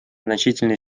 значительной